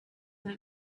that